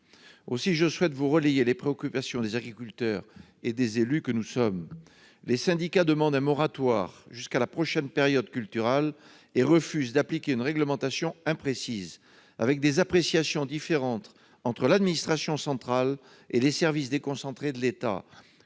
je souhaite vous relayer les préoccupations des agriculteurs et des élus que nous sommes. Les syndicats demandent un moratoire jusqu'à la prochaine période culturale et refusent d'appliquer une réglementation imprécise, avec des appréciations divergentes entre l'administration centrale et les services déconcentrés de l'État,